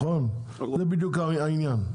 זה בדיוק העניין.